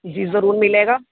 جی ضرور ملے گا